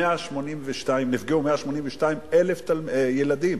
182,000 ילדים,